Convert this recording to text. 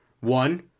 One